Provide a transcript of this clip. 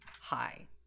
Hi